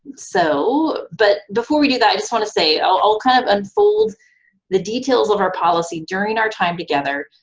so, but before we do that, i just want to say i'll kind of unfold the details of our policy during our time together,